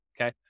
okay